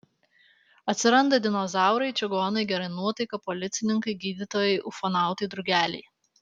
atsiranda dinozaurai čigonai gera nuotaika policininkai gydytojai ufonautai drugeliai